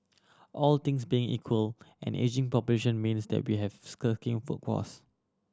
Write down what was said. all things being equal an ageing population means that we have a shirking workforce